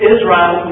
Israel